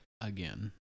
again